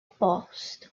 bost